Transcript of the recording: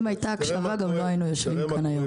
וגם, אם הייתה הקשבה, לא היינו יושבים כאן היום.